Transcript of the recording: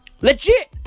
Legit